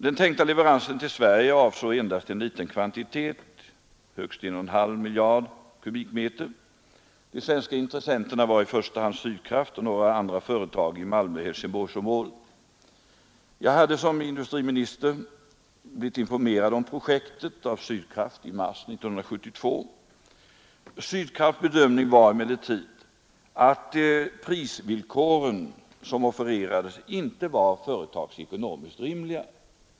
Den tänkta leveransen till Sverige avsåg endast en liten kvantitet, högst en och en halv miljard m3. De svenska intressenterna var i första hand Sydkraft och några andra företag i Malmö-—Helsingborgsområdet. Jag hade som industriminister blivit informerad om projektet av Sydkraft i mars 1972. Sydkrafts bedömning var emellertid att de priser som offererades inte var företagsekonomiskt rimliga.